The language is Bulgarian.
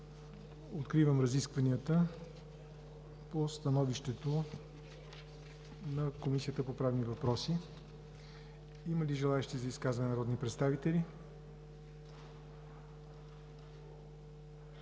Откривам разискванията по Становището на Комисията по правни въпроси. Има ли желаещи за изказване народни представители?